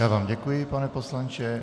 Já vám děkuji, pane poslanče.